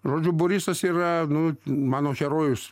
žodžiu borisas yra nu mano herojus